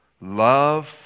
love